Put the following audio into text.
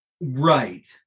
Right